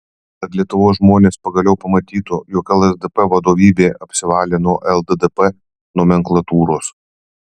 kad lietuvos žmonės pagaliau pamatytų jog lsdp vadovybė apsivalė nuo lddp nomenklatūros